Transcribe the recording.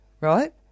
right